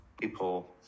people